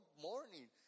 morning